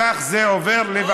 ומשום כך זה עובר, אוה.